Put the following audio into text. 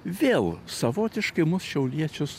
vėl savotiškai mus šiauliečius